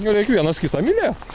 nu reik vienas kitą mylėt